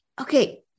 Okay